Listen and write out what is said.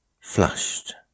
flushed